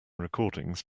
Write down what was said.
recordings